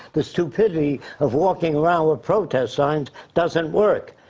the stupidity of walking around with protest signs doesn't work.